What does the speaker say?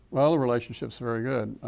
well the relationship's very good.